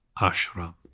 ashram